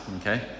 Okay